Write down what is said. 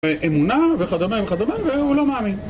אמונה וכדומה וכדומה והוא לא מאמין